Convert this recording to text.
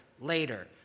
later